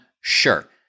Sure